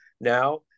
Now